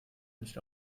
nicht